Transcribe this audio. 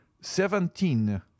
seventeen